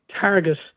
target